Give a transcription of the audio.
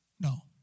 No